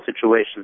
situation